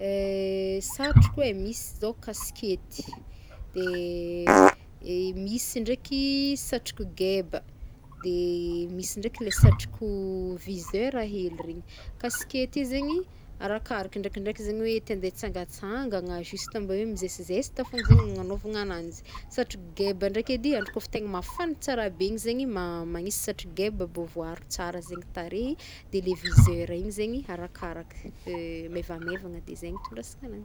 Eh, satroko e, misy zao kasikety, e misy ndraiky satroko geba, de misy ndraiky satroko viseur hely regny, kasikety i zegny arakaraka ndraikindraiky zegny hoe te ande hitsangatsangana, juste mba hoe migesigesta fogna zegny agnaovana agnanjy, satroko geba ndraiky edy, andro kaofa tegna mafagna tsara be igny zegny ma- magnisy satro geba mbô voaaro tsara zegny tarehy, le viseur igny zegny arakaraka, mevamevagna de zegny itindrasagna agnanjy.